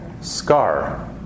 scar